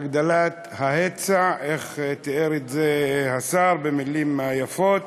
הגדלת ההיצע איך תיאר את זה סגן השר במילים יפות.